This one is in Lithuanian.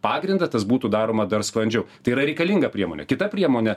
pagrindą tas būtų daroma dar sklandžiau tai yra reikalinga priemonė kita priemonė